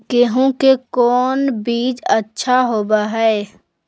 गेंहू के कौन बीज अच्छा होबो हाय?